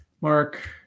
Mark